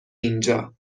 اینجا